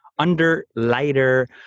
Underlighter